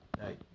hey